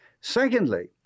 Secondly